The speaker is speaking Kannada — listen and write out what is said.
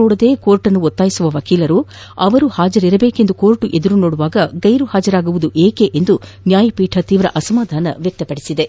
ನೋಡದೇ ನ್ಯಾಯಾಲಯವನ್ನು ಒತ್ತಾಯಿಸುವ ವಕೀಲರು ಅವರು ಹಾಜರಿರಬೇಕೆಂದು ನ್ನಾಯಾಲಯ ಎದುರು ನೋಡಿದಾಗ ಗೈರು ಹಾಜರಾಗುವುದು ಏಕೆ ಎಂದು ನ್ಯಾಯಪೀಠ ಅಸಮಾಧಾನ ವ್ಯಕ್ತಪಡಿಸಿತು